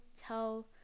tell